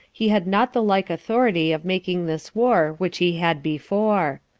he had not the like authority of making this war which he had before.